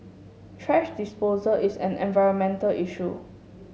thrash disposal is an environmental issue